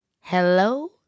Hello